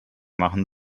machen